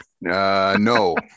No